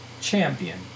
champion